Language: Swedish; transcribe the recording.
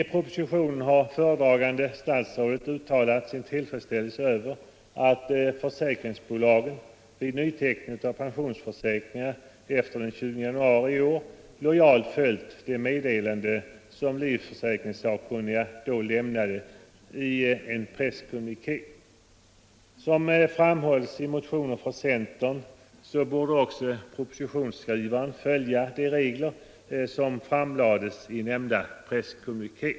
I propositionen har det föredragande statsrådet uttalat sin tillfredsställelse över att försäkringsbolagen vid nyteckning av pensionsförsäkringar efter den 20 januari i år lojalt följt det meddelande som livförsäkringssakkunniga då lämnade i en presskommuniké. Som framhålls i motionen från centern borde också propositionen följa de regler som framlades i nämnda kommuniké.